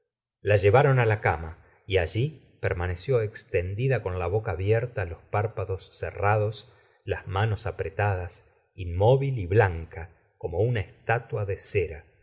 la llevaron á la cama y allí permaneció extendida con la boca abierta los párpados cerrados las manos apretadas inmóvil y blanca como una estatua de cera